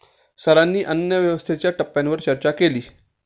सरांनी अन्नव्यवस्थेच्या टप्प्यांवर चर्चा केली